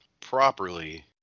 properly